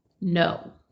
No